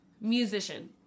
Musician